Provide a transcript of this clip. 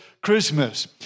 Christmas